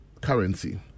currency